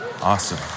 Awesome